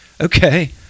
okay